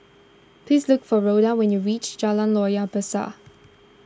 please look for Rhoda when you reach Jalan Loyang Besar